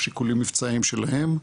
שיקולים מבצעיים שלהם.